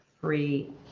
free